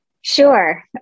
Sure